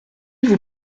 vous